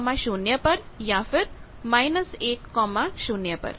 10 पर या फिर 10 पर